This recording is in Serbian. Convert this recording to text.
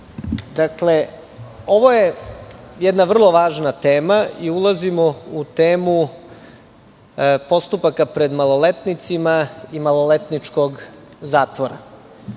Da.)Ovo je jedna vrlo važna tema. Ulazimo u temu postupaka pred maloletnicima i maloletničkog zatvora.